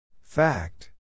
Fact